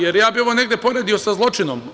Ja bih ovo negde poredio sa zločinom.